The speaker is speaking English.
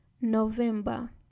November